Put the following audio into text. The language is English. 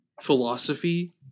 philosophy